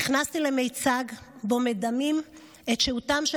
נכנסתי למיצג שבו מדמים את שהותם של